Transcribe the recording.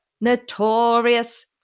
notorious